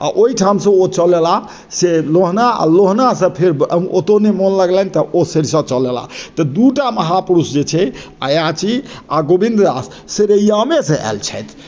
आ ओहिठाम से ओ चलि एलाह से लोहना आ लोहना से फेर ओतय नहि मोन लगलैन तऽ ओ सरिसब चलि एलाह तऽ दू टा महापुरुष जे छै अयाची आ गोविन्द दास से रैयामेसँ आयल छथि